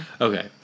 Okay